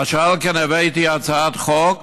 אשר על כן, הבאתי הצעת חוק